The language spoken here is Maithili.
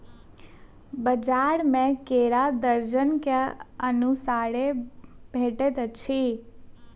बजार में केरा दर्जन के अनुसारे भेटइत अछि